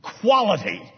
Quality